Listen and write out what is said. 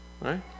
right